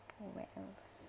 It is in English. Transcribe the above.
to where else